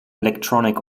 electronic